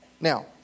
Now